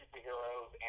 Superheroes